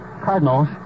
Cardinals